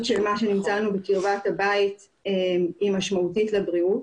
של מה שניתן לנו בקרבת הבית היא משמעותית לבריאות.